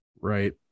Right